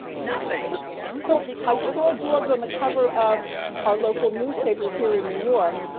nothing, you know. so, i saw george on the cover of our local newspapers here in new york.